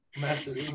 Master